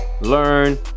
learn